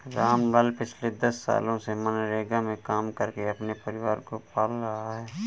रामलाल पिछले दस सालों से मनरेगा में काम करके अपने परिवार को पाल रहा है